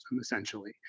essentially